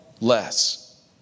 less